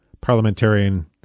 parliamentarian